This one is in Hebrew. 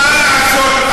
מה לעשות,